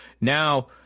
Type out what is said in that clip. Now